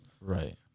Right